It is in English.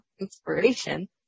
inspiration